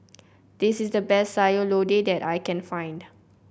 this is the best Sayur Lodeh that I can find